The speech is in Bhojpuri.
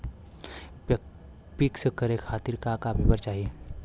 पिक्कस करे खातिर का का पेपर चाही?